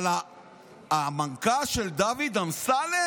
אבל המנכ"ל של דוד אמסלם,